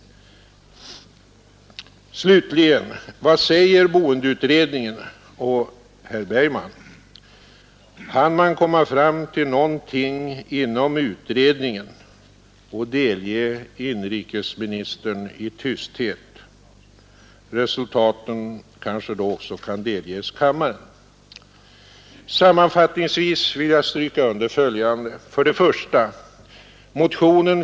Slutligen — vad säger boendeutredningen och herr Bergman? Hann man komma fram till någonting inom utredningen och delge inrikesministern det i tysthet? Resultaten kanske då också kan delges kammaren. Sammanfattningsvis vill jag stryka under följande: 2.